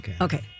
Okay